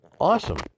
awesome